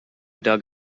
dug